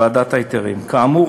ועדת ההיתרים: כאמור,